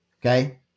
Okay